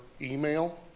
email